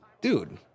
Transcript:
Dude